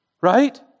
Right